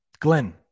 glenn